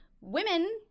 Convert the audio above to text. women